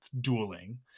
dueling